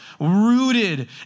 rooted